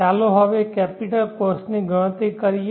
ચાલો હવે કેપિટલ કોસ્ટની ગણતરી કરીએ